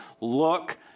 look